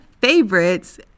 favorites